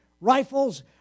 rifles